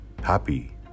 happy